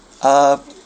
uh